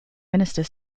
minister